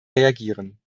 reagieren